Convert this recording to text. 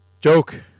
joke